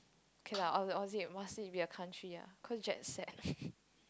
okay lah or or is it must it be a country ah cause jet set